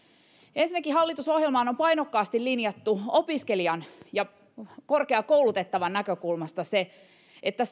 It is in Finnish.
ensinnäkin hallitusohjelmaan on painokkaasti linjattu opiskelijan ja korkeakoulutettavan näkökulmasta se että